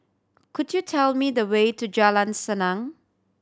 could you tell me the way to Jalan Senang